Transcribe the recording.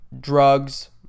drugs